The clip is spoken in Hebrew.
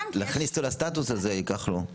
--- להכניס אותו לסטטוס הזה ייקח לו --- אנחנו